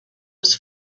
was